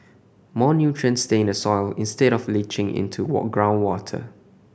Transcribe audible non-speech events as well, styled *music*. more nutrients stay in the soil instead of leaching into *unintelligible* groundwater